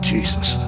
Jesus